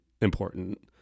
important